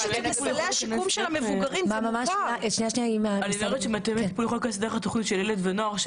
מתאמי טיפול יכולים להיכנס דרך התוכנית של ילד נוער,